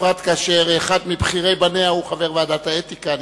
בפרט כאשר אחד מבכירי בניה הוא חבר ועדת האתיקה.